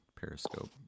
Periscope